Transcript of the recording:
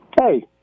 Hey